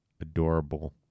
adorable